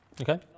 Okay